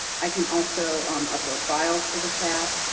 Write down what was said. i can also um upload files to the chat,